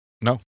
No